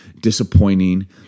disappointing